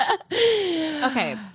Okay